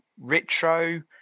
retro